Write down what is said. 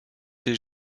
des